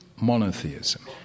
monotheism